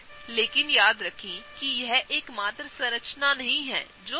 लेकिन याद रखें कि यह एकमात्र संरचना नहीं है जो संभव है